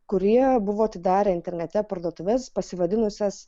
kurie buvo atidarę internete parduotuves pasivadinusias